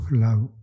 love